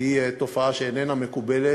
היא תופעה שאיננה מקובלת,